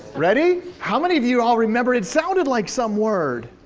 ready? how many of you all remembered it sounded like some word?